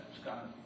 Scott